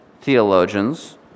theologians